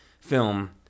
film